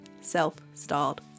self-styled